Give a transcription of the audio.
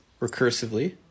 recursively